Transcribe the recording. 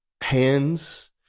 hands